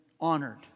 honored